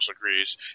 agrees